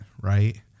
right